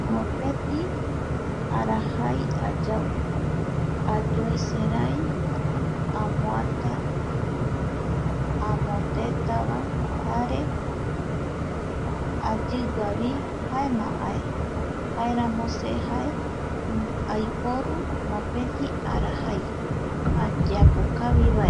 Mopeti arajai ayau, ayoe serai, amoata amondetava, jare ayiguavi jaema ae jaeramo se jae aiporu mopeti arajai ayeapokavi vaera